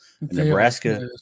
Nebraska